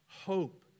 hope